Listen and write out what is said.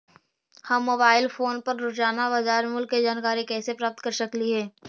हम mobile phone पर रोजाना बाजार मूल्य के जानकारी कैसे प्राप्त कर सकली हे?